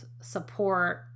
support